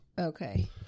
Okay